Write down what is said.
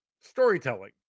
storytelling